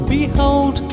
Behold